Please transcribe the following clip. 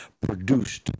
produced